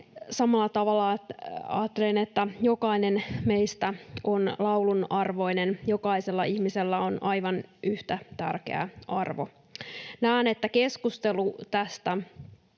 Samalla tavalla ajattelen, että jokainen meistä on laulun arvoinen. Jokaisella ihmisellä on aivan yhtä tärkeä arvo. Näen, että keskustelu tästä